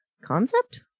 Concept